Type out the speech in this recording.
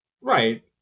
right